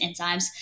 enzymes